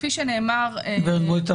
כפי שנאמר --- גברת גואטה,